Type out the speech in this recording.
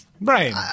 Brian